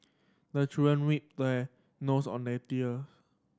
the children weep their nose on the tear